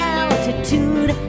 altitude